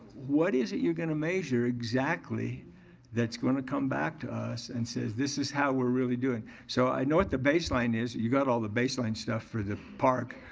what is it you're gonna measure exactly that's gonna come back to us and says this is how we're really doing? so i know what the baseline is. you got all the baseline stuff for the parcc.